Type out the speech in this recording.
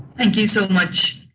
thank you so much.